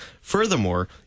furthermore